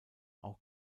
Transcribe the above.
auch